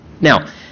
Now